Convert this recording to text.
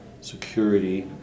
security